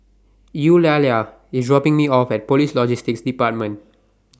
Eulalia IS dropping Me off At Police Logistics department